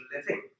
living